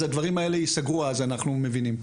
אז הדברים האלה ייסגרו, אנחנו מבינים?